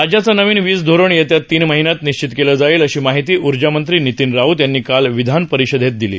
राज्याचं नवीन वीज धोरण येत्या तीन महिन्यात निश्चित केलंजाईल अशी माहिती ऊर्जामंत्री नितीन राऊत यांनी कालविधानपरिषदेत दिली